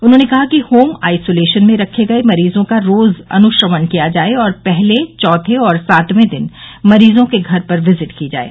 उन्होंने कहा कि होम आइसोलेशन में रखे गये मरीजों का रोज अनुश्रवण किया जाये और पहले चौथे और सातवें दिन मरीजों के घर पर विजिट की जाये